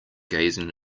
gazing